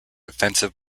offensive